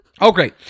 Okay